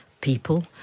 people